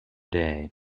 day